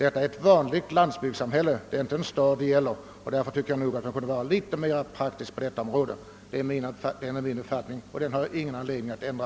Detta är ett vanligt landsbygdssamhälle, inte någon stad. Därför tycker jag att man skulle kunna vara litet mer praktisk. Denna uppfattning har jag ingen anledning att ändra.